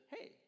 hey